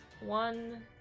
one